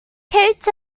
coat